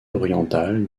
orientale